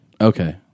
Okay